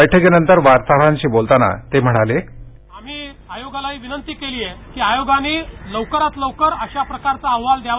बैठकीनंतर वार्ताहरांशी बोलताना ते म्हणाले आम्ही आयोगालाही विनंती केली आहे की आयोगानं लवकरात लवकर अहवाल दयावा